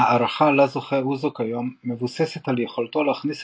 ההערכה לה זוכה אוזו כיום מבוססת על יכולתו להכניס